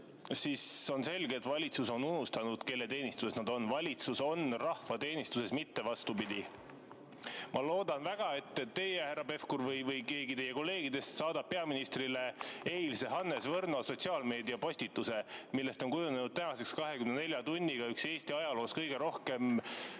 on selge, et valitsus on unustanud, kelle teenistuses ta on. Valitsus on rahva teenistuses, mitte vastupidi. Ma loodan väga, et teie, härra Pevkur, või keegi teie kolleegidest saadab peaministrile eilse Hannes Võrno sotsiaalmeedia postituse, millest on kujunenud tänaseks 24 tunniga Eesti ajaloos üks kõige rohkem